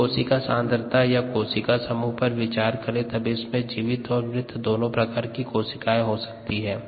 कुल कोशिका सांद्रता या कोशिका समूह पर विचार करें तब इसमें जीवित और मृत दोनों प्रकार की कोशिकाएं हो सकती है